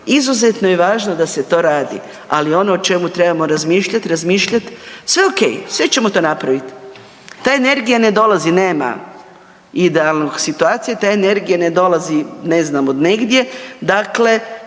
izuzetno je važno da se to radi, ali ono o čemu trebamo razmišljat, razmišljat sve ok, sve ćemo to napravit. Ta energija ne dolazi, nema idealne situacije, ta energija ne dolazi ne znam od negdje, dakle